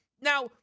Now